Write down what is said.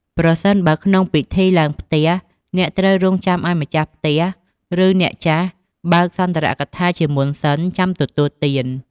ប្រសិនបើក្នុងពិធីឡើងផ្ទះ អ្នកត្រូវរងចាំឲ្យម្ចាស់ផ្ទះ ឬអ្នកចាស់បើកសុន្ទរកថាជាមុនសិន ចាំទទួលទាន។